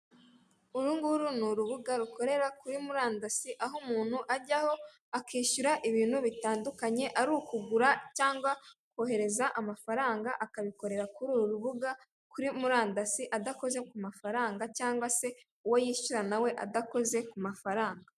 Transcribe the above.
Uru nguru ni urubuga rukorera kuri murandasi, aho umuntu ajyaho akishyura ibintu bitandukanye, ari ukugura cyangwa kohereza amafaranga akabikorera kuri uru rubuga kuri murandasi adakoze ku mafaranga cyangwa se uwo yishyura nawe adakoze ku mafaranga.